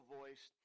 voice